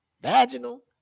vaginal